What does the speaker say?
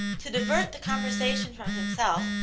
to divert the conversation from himself,